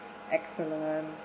excellent